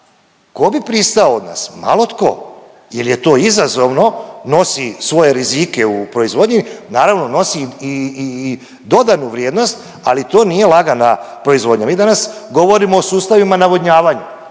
ko bi pristao od nas? Malo tko jer je to izazovno, nosi svoje rizike u proizvodnji, naravno nosi i dodanu vrijednost, ali to nije lagana proizvodnja. Mi danas govorimo o sustavima navodnjavanja,